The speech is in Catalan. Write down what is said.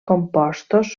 compostos